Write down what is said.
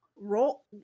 role